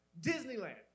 Disneyland